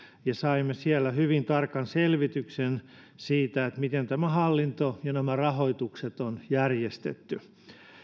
ja saimme siellä hyvin tarkan selvityksen siitä miten tämä hallinto ja nämä rahoitukset on järjestetty